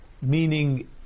meaning